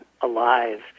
alive